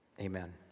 Amen